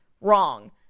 wrong